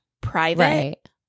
private